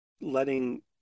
letting